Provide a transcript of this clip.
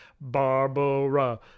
Barbara